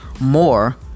more